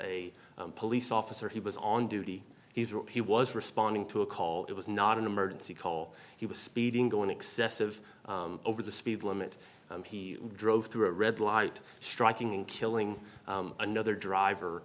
a police officer he was on duty he thought he was responding to a call it was not an emergency call he was speeding going excessive over the speed limit he drove through a red light striking and killing another driver